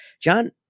John